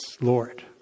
Lord